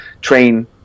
train